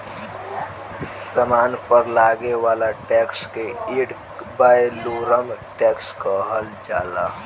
सामान पर लागे वाला टैक्स के एड वैलोरम टैक्स कहल जाला